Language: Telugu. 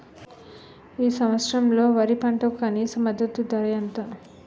ఈ సంవత్సరంలో వరి పంటకు కనీస మద్దతు ధర ఎంత?